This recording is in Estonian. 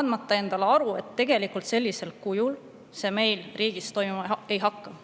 andmata endale aru, et tegelikult sellisel kujul see meil riigis toimima ei hakka.